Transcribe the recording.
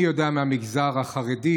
אני יודע שמהמגזר החרדי,